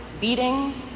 beatings